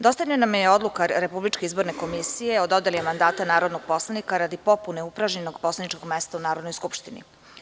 Dostavljena vam je Odluka Republičke izborne komisije o dodeli mandata narodnog poslanika radi popune upražnjenog poslaničkog mesta u Narodnoj skupštini.